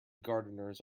gardeners